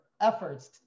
efforts